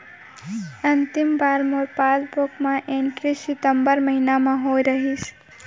अंतिम बार मोर पासबुक मा एंट्री कोन महीना म होय रहिस?